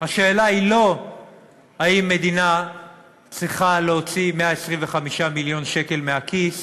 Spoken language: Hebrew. השאלה היא לא אם מדינה צריכה להוציא 125 מיליון שקל מהכיס